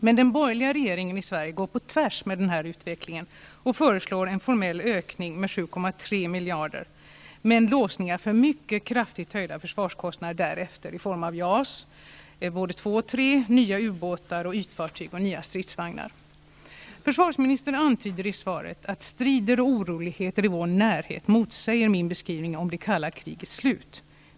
Men den borgerliga regeringen i Sverige går på tvärs med denna utveckling och föreslår en formell ökning med 7,3 miljarder men med låsningar för mycket kraftigt ökade försvarskostnader därefter i form av både delserie 2 och delserie 3 av JAS, nya u-båtar, ytfartyg och stridsvagnar. Försvarsministern antyder i svaret att strider och oroligheter i vår närhet motsäger min beskrivning av det kalla krigets slut.